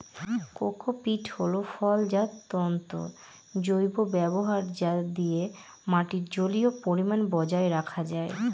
cocopeat হল ফলজাত তন্তুর জৈব ব্যবহার যা দিয়ে মাটির জলীয় পরিমান বজায় রাখা যায়